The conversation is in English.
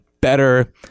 better